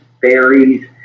fairies